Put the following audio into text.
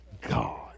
God